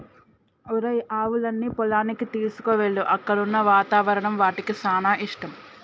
ఒరేయ్ ఆవులన్నీ పొలానికి తీసుకువెళ్ళు అక్కడున్న వాతావరణం వాటికి సానా ఇష్టం